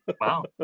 Wow